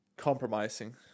compromising